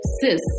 Sis